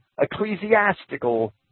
ecclesiastical